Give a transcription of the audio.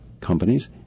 companies